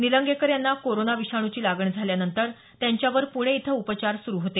निलंगेकर यांना कोरोना विषाणूची लागण झाल्यानंतर त्यांच्यावर पुणे इथं उपचार सुरु होते